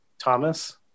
Thomas